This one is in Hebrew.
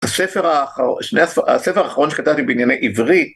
הספר האחרון שכתבתי בענייני עברית